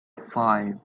five